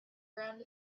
around